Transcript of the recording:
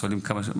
שאומרים למשטרה,